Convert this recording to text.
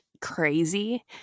crazy